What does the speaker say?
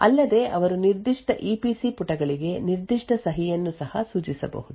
ಅಲ್ಲದೆ ಅವರು ನಿರ್ದಿಷ್ಟ ಇಪಿಸಿ ಪುಟಗಳಿಗೆ ನಿರ್ದಿಷ್ಟ ಸಹಿಯನ್ನು ಸಹ ಸೂಚಿಸಬಹುದು